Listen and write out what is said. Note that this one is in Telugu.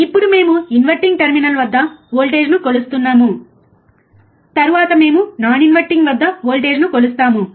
ఇప్పుడు మేము ఇన్వర్టింగ్ టెర్మినల్ వద్ద వోల్టేజ్ను కొలుస్తున్నాము తరువాత మేము నాన్ ఇన్వర్టింగ్ వద్ద వోల్టేజ్ను కొలుస్తాము